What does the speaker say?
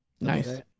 Nice